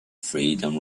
freedom